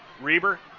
Reber